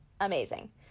amazing